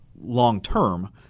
long-term